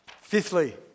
Fifthly